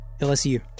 LSU